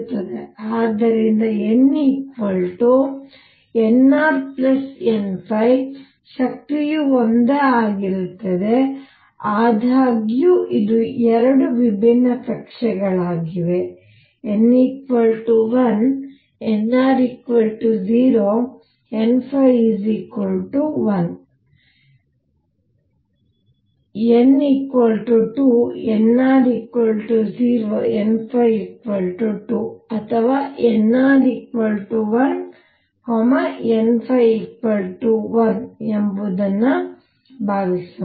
ಆದ್ದರಿಂದ n nr n ಶಕ್ತಿಯು ಒಂದೇ ಆಗಿರುತ್ತದೆ ಆದಾಗ್ಯೂ ಇವು 2 ವಿಭಿನ್ನ ಕಕ್ಷೆಗಳಾಗಿವೆ n 1 nr0 n1 n 2 nr0 n2 ಅಥವಾ nr1 n1 ಎಂದು ಭಾವಿಸೋಣ